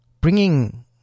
bringing